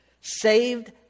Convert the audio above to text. saved